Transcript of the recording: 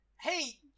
hey